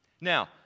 Now